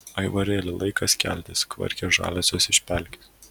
aivarėli laikas keltis kvarkia žaliosios iš pelkės